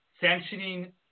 sanctioning